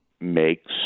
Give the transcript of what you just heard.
makes